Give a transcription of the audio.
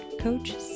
Coach